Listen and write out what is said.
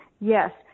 yes